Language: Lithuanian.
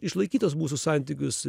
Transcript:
išlaikyt tuos mūsų santykius